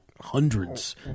hundreds